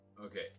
Okay